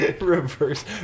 Reverse